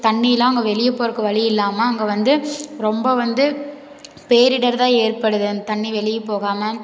தண்ணியெலாம் அங்கே வெளியே போகிறக்கு வழி இல்லாமல் அங்கே வந்து ரொம்ப வந்து பேரிடர் தான் ஏற்படுது அந்த தண்ணி வெளியே போகாமல்